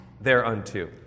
thereunto